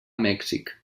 mèxic